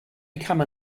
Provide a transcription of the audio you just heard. become